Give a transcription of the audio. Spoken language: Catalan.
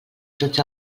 tots